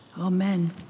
Amen